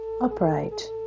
upright